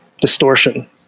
distortion